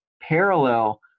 parallel